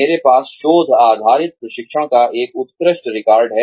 मेरे पास शोध आधारित प्रशिक्षण का एक उत्कृष्ट रिकॉर्ड है